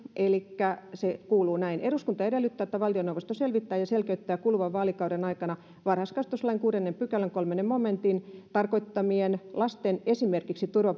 se kuuluu näin eduskunta edellyttää että valtioneuvosto selvittää ja selkeyttää kuluvan vaalikauden aikana varhaiskasvatuslain kuudennen pykälän kolmannen momentin tarkoittamien lasten esimerkiksi